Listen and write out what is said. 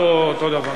אותו הדבר,